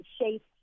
shape